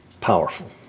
Powerful